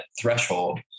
threshold